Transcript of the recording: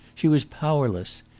she was powerless.